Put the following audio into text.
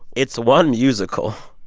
it's one musical.